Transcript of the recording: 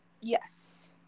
Yes